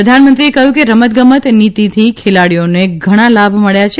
પ્રધાનમંત્રીએ કહ્યું કે રમતગમત નીતિથી ખેલાડીઓને ઘણા લાભ મળ્યા છે